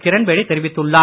கிரண்பேடி தெரிவித்துள்ளார்